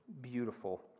beautiful